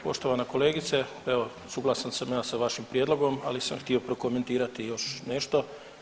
Poštovana kolegice, evo suglasan sam ja sa vašim prijedlogom, ali sam htio prokomentirati još nešto.